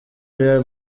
real